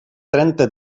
trenta